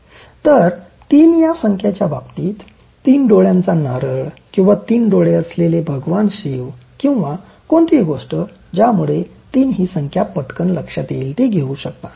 तर तीन या संख्याच्या बाबतीत तीन डोळ्यांचा नारळ किंवा तीन डोळे असलेले भगवान शिव किंवा कोणतीही गोष्ट ज्यामुळे तीन ही संख्या पटकन लक्षात येईल ती घेवू शकता